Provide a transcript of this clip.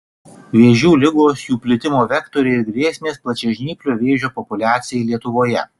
vėžių ligos jų plitimo vektoriai ir grėsmės plačiažnyplio vėžio populiacijai lietuvoje